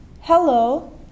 Hello